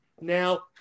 Now